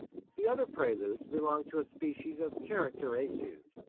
the other preludes belong to a species of character-etude.